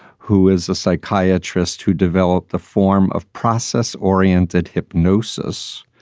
who is a psychiatrist who developed the form of process oriented hypnosis.